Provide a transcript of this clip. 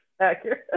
accurate